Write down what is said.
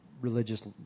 religious